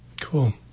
Cool